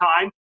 time